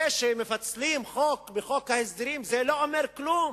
זה שמפצלים חוק בחוק ההסדרים לא אומר כלום.